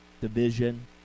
division